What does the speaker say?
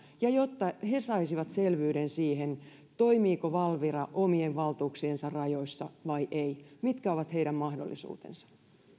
ja jotta he saisivat selvyyden siihen toimiiko valvira omien valtuuksiensa rajoissa vai ei mitkä ovat heidän mahdollisuutensa